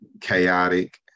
chaotic